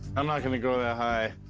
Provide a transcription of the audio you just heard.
i'm not going to go that high.